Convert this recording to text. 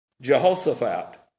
Jehoshaphat